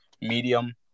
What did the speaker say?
medium